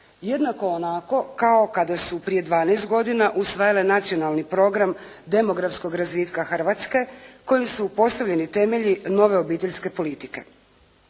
jednako onako kao kada su prije 12 godina usvajale nacionalni program demografskog razvitka Hrvatske kojim su postavljeni temelji nove obiteljske politike.